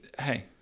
hey